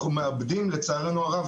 לצערנו הרב,